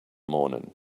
morning